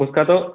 उसका तो